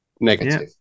negative